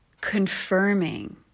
confirming